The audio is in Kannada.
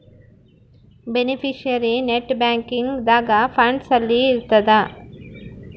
ಬೆನಿಫಿಶಿಯರಿ ನೆಟ್ ಬ್ಯಾಂಕಿಂಗ್ ದಾಗ ಫಂಡ್ಸ್ ಅಲ್ಲಿ ಇರ್ತದ